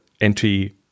entry